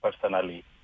personally